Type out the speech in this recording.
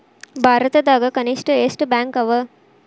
ಭಾರತದಾಗ ಕನಿಷ್ಠ ಎಷ್ಟ್ ಬ್ಯಾಂಕ್ ಅವ?